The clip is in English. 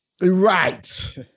Right